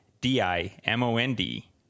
D-I-M-O-N-D